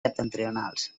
septentrionals